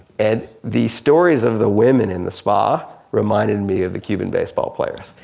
and the stories of the women in the spa reminded me of the cuban baseball players.